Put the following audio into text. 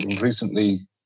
recently